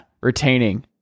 retaining